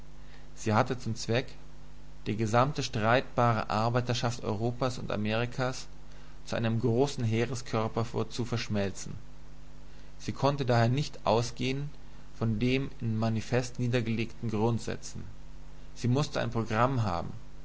sie hatte zum zweck die gesamte streitbare arbeiterschaft europas und amerikas zu einem großen heereskörper zu verschmelzen sie konnte daher nicht ausgehn von den im manifest niedergelegten grundsätzen sie mußte ein programm haben